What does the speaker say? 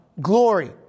glory